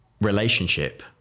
relationship